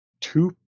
two